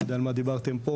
אני לא יודע על מה דיברתם פה.